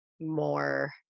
more